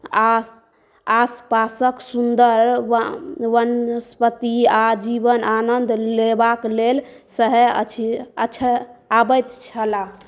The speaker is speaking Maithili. आस आसपासक सुंदर वनस्पति आ जीवन आनन्द लेबाक लेल सहए अछि आबैत छलाह